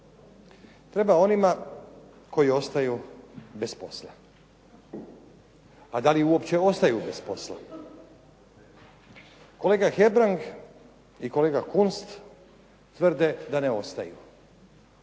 Treba onima koji ostaju bez posla. a da li uopće ostaju bez posla? Kolega Hebrang i kolega Kunst tvrde da ne ostaju